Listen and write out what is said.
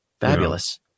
fabulous